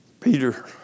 Peter